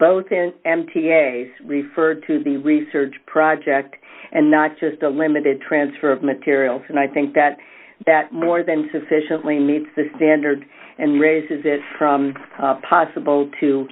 both in m t a referred to the research project and not just a limited transfer of materials and i think that that more than sufficiently meets the standard and raises it from possible to